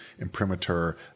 imprimatur